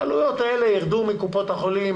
העלויות האלה ירדו מקופות החולים,